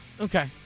okay